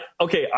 Okay